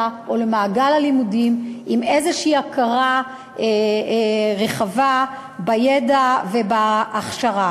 או למעגל הלימודים עם איזושהי הכרה רחבה בידע ובהכשרה.